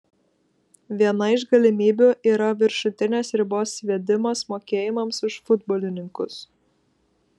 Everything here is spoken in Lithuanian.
viena iš galimybių yra viršutinės ribos įvedimas mokėjimams už futbolininkus